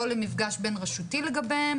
לא למפגש בין רשותי שלהם,